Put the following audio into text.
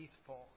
faithful